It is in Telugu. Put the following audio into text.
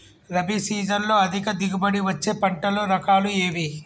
రబీ సీజన్లో అధిక దిగుబడి వచ్చే పంటల రకాలు ఏవి?